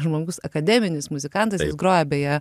žmogus akademinis muzikanta groja beje